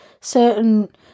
certain